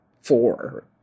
four